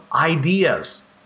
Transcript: ideas